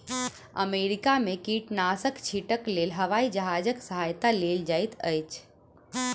America में कीटनाशक छीटक लेल हवाई जहाजक सहायता लेल जाइत अछि